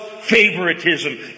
favoritism